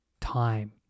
time